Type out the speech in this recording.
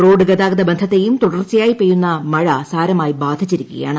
road ഗതാഗത ബന്ധത്തേയും തുടർച്ചയായി പെയ്യുന്ന മഴ സാരമായി ബാധിച്ചിരിക്കുകയാണ്